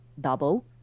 double